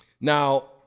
Now